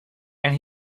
and